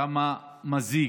כמה מזיק